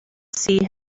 see